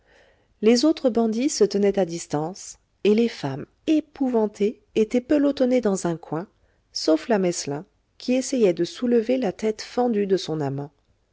les autres bandits se tenaient à distance et les femmes épouvantées étaient pelotonnées dans un coin sauf la meslin qui essayait de soulever la tête fendue de son amant